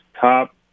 top